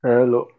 Hello